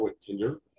Tinder